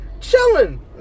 Chilling